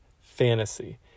Fantasy